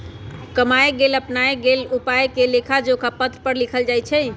कमाए के लेल अपनाएल गेल उपायके लेखाजोखा पत्र पर लिखल जाइ छइ